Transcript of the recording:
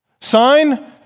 Sign